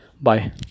Bye